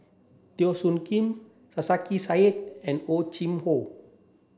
Teo Soon Kim Sarkasi Said and Hor Chim Or